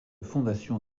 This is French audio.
fondation